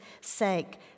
sake